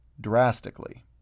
drastically